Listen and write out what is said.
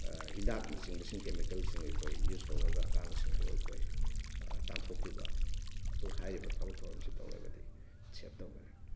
ꯍꯤꯗꯥꯛꯅꯆꯤꯡꯕꯁꯤꯡ ꯀꯦꯃꯤꯀꯦꯜꯁꯤꯡ ꯑꯩꯈꯣꯏ ꯌꯨꯖ ꯇꯧꯔꯒ ꯀꯥꯡꯁꯤꯡꯗꯨ ꯑꯩꯈꯣꯏ ꯇꯥꯟꯊꯣꯛꯈꯤꯕ ꯑꯗꯨ ꯍꯥꯏꯔꯤꯕ ꯊꯕꯛ ꯊꯧꯔꯝꯁꯤ ꯇꯧꯔꯒꯗꯤ ꯁꯦꯕ ꯇꯧꯒꯅꯤ